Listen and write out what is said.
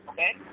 Okay